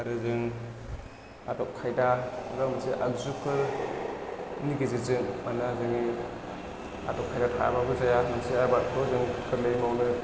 आरो जों आदब खायदा एबा मोनसे आगजुफोरनि गेजेरजों मानोना जोङो आदब खायदा थायाबाबो जाया मानसे आबादखौ जों गोरलैयै मावनो